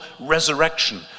resurrection